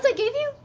like gave you?